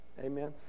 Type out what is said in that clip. amen